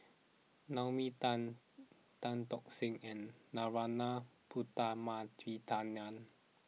Naomi Tan Tan Tock San and Narana Putumaippittan